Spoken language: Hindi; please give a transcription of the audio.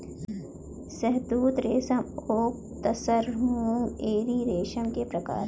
शहतूत रेशम ओक तसर मूंगा एरी रेशम के प्रकार है